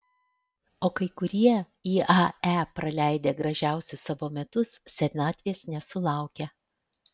o kai kurie iae praleidę gražiausius savo metus senatvės nesulaukia